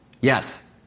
Yes